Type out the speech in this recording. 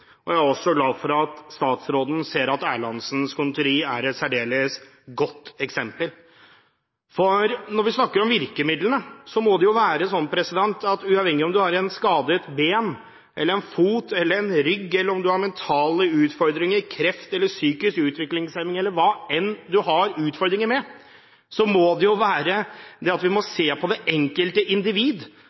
og jeg er også glad for at statsråden ser at Erlandsens Conditori er et særdeles godt eksempel. Når vi snakker om virkemidler, må det være sånn at uavhengig av om du har et skadet ben, en fot eller en rygg, om du har mentale utfordringer, kreft eller psykisk utviklingshemning – uavhengig av hva slags utfordringer du har – må vi se på det enkelte individ, på hvordan vi kan hjelpe det enkelte individ